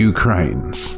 Ukraines